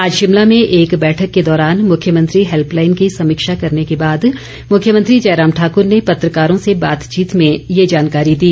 आज शिमला में एक बैठक के दौरान मुख्यमंत्री हैल्पलाईन की समीक्षा करने के बाद मुख्यमंत्री जयराम ठाकर ने पत्रकारों से बातचीत में ये जानकारी दी